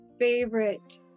favorite